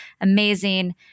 amazing